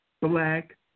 black